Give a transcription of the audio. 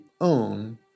own